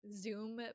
Zoom